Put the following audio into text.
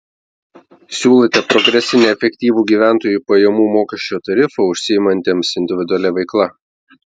siūlote progresinį efektyvų gyventojų pajamų mokesčio tarifą užsiimantiems individualia veikla